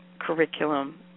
curriculum